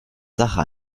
sache